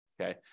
Okay